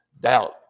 doubt